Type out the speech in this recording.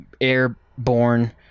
airborne